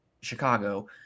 Chicago